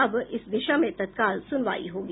अब इस दिशा में तत्काल सुनवाई होगी